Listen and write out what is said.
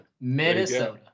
Minnesota